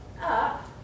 up